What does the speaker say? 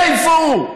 איפה הוא?